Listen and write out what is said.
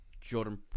Jordan